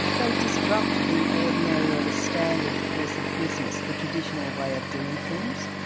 they disrupt the ordinary or the standard course of business, the traditional way of doing things.